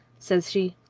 says she.